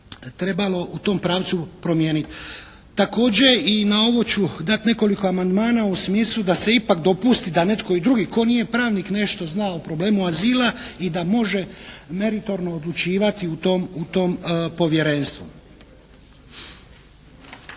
trebalo u tom pravcu promijeniti. Također i na ovo ću dati nekoliko amandmana u smislu da se ipak dopusti da netko i drugi tko nije pravnik a nešto zna o problemu azila i da može meritorno odlučivati u tom povjerenstvu.